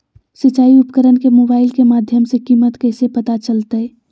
सिंचाई उपकरण के मोबाइल के माध्यम से कीमत कैसे पता चलतय?